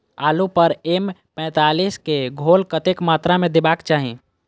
आलु पर एम पैंतालीस केँ घोल कतेक मात्रा मे देबाक चाहि?